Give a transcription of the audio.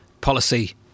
policy